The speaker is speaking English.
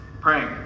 praying